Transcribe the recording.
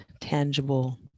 tangible